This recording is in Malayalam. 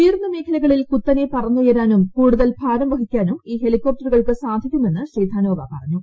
ഉയർന്ന മേഖലകളിൽ കുത്തനെ പറന്നുയരാനും കൂടുതൽ ഭാരം വഹിക്കാനും ഈ ഹെലികോപ്ടറുകൾക്ക് സാധിക്കുമെന്ന് ശ്രീ ധനോവ പറഞ്ഞു